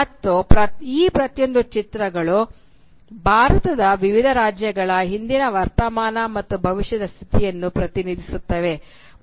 ಮತ್ತು ಈ ಪ್ರತಿಯೊಂದು ಚಿತ್ರಗಳು ಭಾರತದ ವಿವಿಧ ರಾಜ್ಯಗಳ ಹಿಂದಿನ ವರ್ತಮಾನ ಮತ್ತು ಭವಿಷ್ಯದ ಸ್ಥಿತಿಯನ್ನು ಪ್ರತಿನಿಧಿಸುತ್ತವೆ